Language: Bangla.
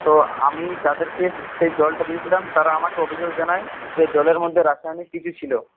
তো আমি যাদেরকে সেই জলটা দিয়েছিলাম তারা আমাকে অভিযোগ জানায় যে জলের মধ্যে রাসায়নিক কিছু ছিল